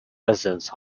residence